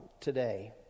today